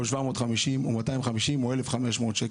או 750 או 250 או 1,500 שקל,